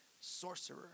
sorcerer